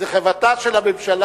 זאת חובתה של הממשלה